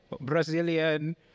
Brazilian